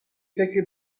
فکری